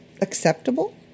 acceptable